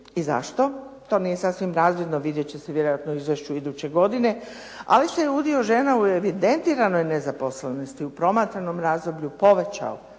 i zašto, to nije sasvim razvidno. Vidjet će se vjerojatno u izvješću iduće godine, ali se udio žena u evidentiranoj nezaposlenosti u promatranom razdoblju povećao